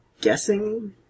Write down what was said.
guessing